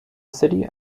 city